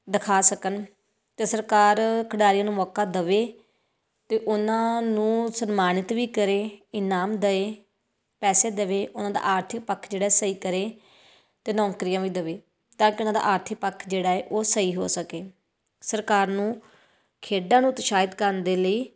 ਦਿਖਾ ਸਕਣ ਅਤੇ ਸਰਕਾਰ ਖਿਡਾਰੀਆਂ ਨੂੰ ਮੌਕਾ ਦਵੇ ਅਤੇ ਉਹਨਾਂ ਨੂੰ ਸਨਮਾਨਿਤ ਵੀ ਕਰੇ ਇਨਾਮ ਦਵੇ ਪੈਸੇ ਦਵੇ ਉਹਨਾਂ ਦਾ ਆਰਥਿਕ ਪੱਖ ਜਿਹੜਾ ਸਹੀ ਕਰੇ ਅਤੇ ਨੌਕਰੀਆਂ ਵੀ ਦਵੇ ਤਾਂ ਕਿ ਇਹਨਾਂ ਦਾ ਆਰਥਿਕ ਪੱਖ ਜਿਹੜਾ ਹੈ ਉਹ ਸਹੀ ਹੋ ਸਕੇ ਸਰਕਾਰ ਨੂੰ ਖੇਡਾਂ ਨੂੰ ਉਤਸ਼ਾਹਿਤ ਕਰਨ ਦੇ ਲਈ